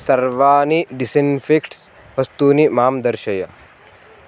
सर्वाणि डिसिन्फ़िक्ट्स् वस्तूनि मां दर्शय